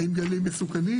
האם גלים מסוכנים?